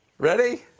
ready?